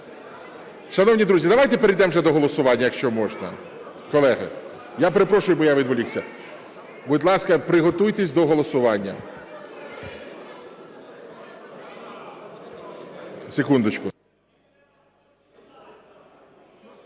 Шановні друзі, давайте перейдемо вже до голосування, якщо можна. (Шум у залі) Колеги! Я перепрошую, бо я відволікся. Будь ласка, приготуйтесь до голосування. (Шум у